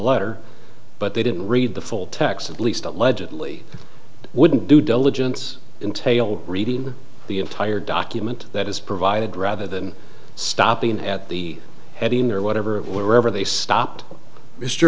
letter but they didn't read the full text at least allegedly wouldn't do diligence entailed reading the entire document that is provided rather than stopping at the heading or whatever of wherever they stopped m